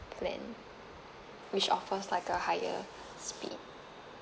plan which offers like a higher speed